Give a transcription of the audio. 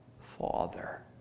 father